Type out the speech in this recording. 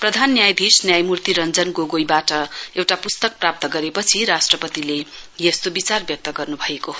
प्रधान न्यायाधीश न्यायमूर्ति रञ्जन गोगोईबाट एउटा पुस्कत प्राप्त गरेपछि राष्ट्रपतिले यस्तो विचार व्यक्त गर्न्भएको हो